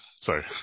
Sorry